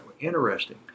interesting